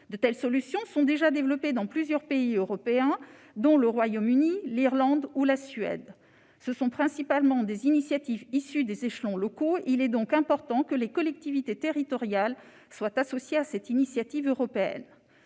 De telles solutions sont déjà développées dans plusieurs pays européens, dont le Royaume-Uni, l'Irlande ou la Suède. Ce sont principalement des initiatives issues des échelons locaux. Il est donc important que les collectivités territoriales soient associées à cette initiative européenne.